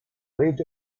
waved